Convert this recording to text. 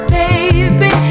baby